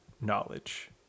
knowledge